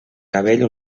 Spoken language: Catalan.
cabell